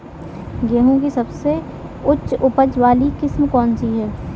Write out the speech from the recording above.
गेहूँ की सबसे उच्च उपज बाली किस्म कौनसी है?